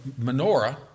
menorah